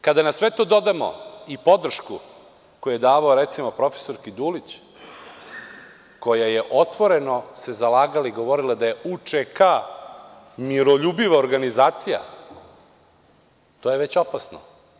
Kada na sve to dodamo i podršku koju je davao, recimo, profesorki Dulić, koja se otvoreno zalagala i govorila da je UČK „miroljubiva organizacija“, to je već opasno.